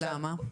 למה?